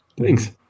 Thanks